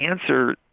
answer